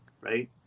right